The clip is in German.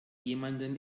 jemanden